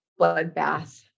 bloodbath